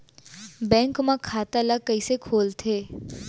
Bank म खाता ल कइसे खोलथे?